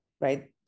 right